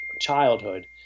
childhood